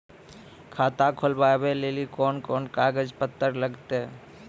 खाता खोलबाबय लेली कोंन कोंन कागज पत्तर लगतै?